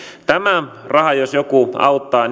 tämä raha jos joku auttaa